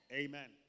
amen